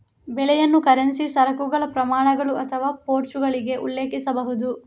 ಬೆಲೆಯನ್ನು ಕರೆನ್ಸಿ, ಸರಕುಗಳ ಪ್ರಮಾಣಗಳು ಅಥವಾ ವೋಚರ್ಗಳಿಗೆ ಉಲ್ಲೇಖಿಸಬಹುದು